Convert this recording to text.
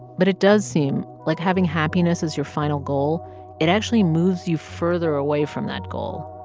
but it does seem like having happiness is your final goal it actually moves you further away from that goal.